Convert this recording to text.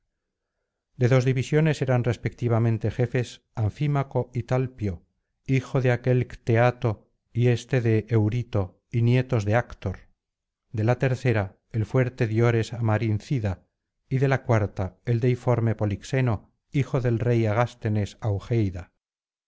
de dos divisiones eran respectivamente jefes anfímaco y talpio hijo aquél de ctéato y éste de eurito y nietos de actor de la tercera el fuerte diores amarincida y de la cuarta el deiforme polixeno hijo del rey agástenes